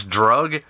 drug